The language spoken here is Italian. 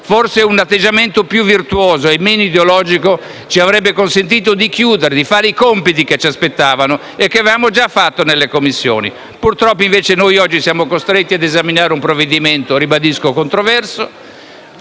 Forse un atteggiamento più virtuoso e meno ideologico ci avrebbe consentito di chiudere, di fare i compiti che ci aspettavano e che avevamo già fatto nelle Commissioni. Purtroppo, invece, oggi siamo costretti a esaminare un provvedimento, lo ribadisco, controverso.